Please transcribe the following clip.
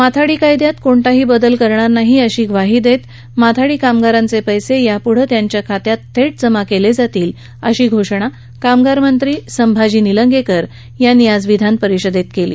माथाडी कायद्यात कोणताही बदल करणार नाही अशी ग्वाही देत माथाडी कामगारांचे पैसे यापूढे त्यांच्या खात्यात थेट जमा केले जातील अशी घोषणा कामगार मंत्री संभाजी निलंगेकर यांनी आज विधानपरिषदेत केली